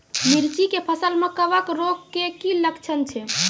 मिर्ची के फसल मे कवक रोग के की लक्छण छै?